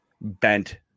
bent